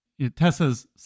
Tessa's